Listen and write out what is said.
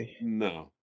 No